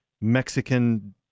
Mexican